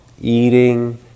eating